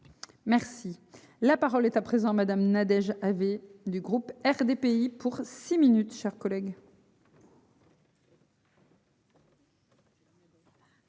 Merci la parole est à présent madame Nadège avez du groupe RDPI pour six minutes, chers collègues.